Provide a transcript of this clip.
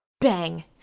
Bang